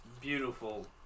beautiful